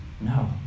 No